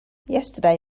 yesterday